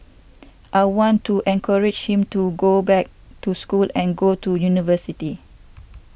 I want to encourage him to go back to school and go to university